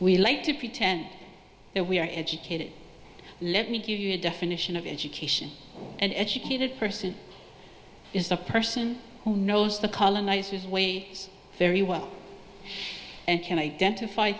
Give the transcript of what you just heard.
we like to pretend that we are educated let me give you a definition of education an educated person is a person who knows the colonizers way very well and can identify